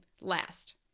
last